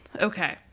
Okay